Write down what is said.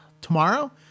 Tomorrow